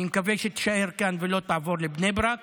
אני מקווה שתישאר כאן ולא תעבור לבני ברק.